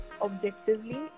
objectively